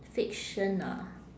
fiction ah